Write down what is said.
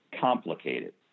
complicated